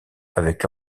avec